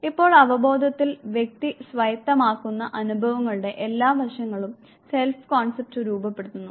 ഇപ്പോൾ അവബോധത്തിൽ വ്യക്തി സ്വായത്തമാക്കുന്ന അനുഭവങ്ങളുടെ എല്ലാ വശങ്ങളും സെൽഫ് കോൺസെപ്റ്റ് രൂപപ്പെടുത്തുന്നു